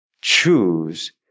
choose